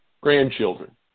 grandchildren